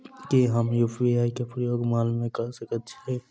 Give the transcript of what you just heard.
की हम यु.पी.आई केँ प्रयोग माल मै कऽ सकैत छी?